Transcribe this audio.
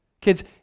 Kids